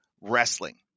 wrestling